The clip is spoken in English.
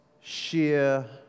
sheer